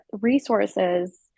resources